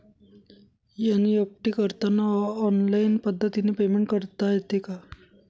NEFT करताना online पद्धतीने payment करता येते का?